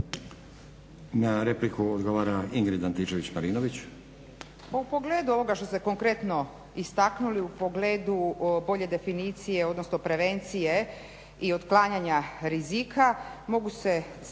Na repliku odgovara Ingrid Antičević-Marinović.